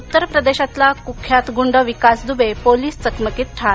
उत्तर प्रदेशातला कूख्यात गूंड विकास दुबे पोलीस चकमकीत ठार